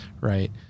Right